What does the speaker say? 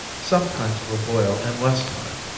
some kinds will boil in less time.